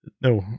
no